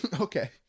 Okay